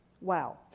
Wow